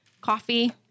coffee